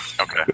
Okay